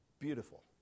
Beautiful